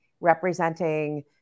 representing